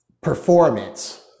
performance